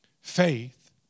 Faith